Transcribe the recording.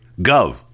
Gov